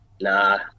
Nah